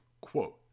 Quote